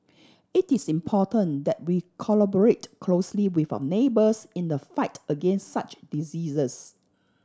it is important that we collaborate closely with our neighbours in the fight against such diseases